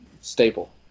staple